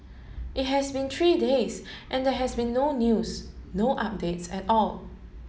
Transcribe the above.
it has been three days and there has been no news no updates at all